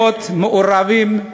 להיות מעורבים,